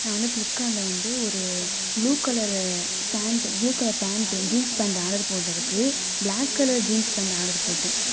நான் வந்து ஃப்ளிப்கார்ட்டில் வந்து ஒரு blue colour pant blue colour pant jeans pant order போடுறதுக்கு ப்ளாக் கலர் ஜீன்ஸ் பேண்ட்டை ஆடர் போட்டேன்